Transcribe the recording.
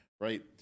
right